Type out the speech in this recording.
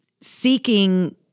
seeking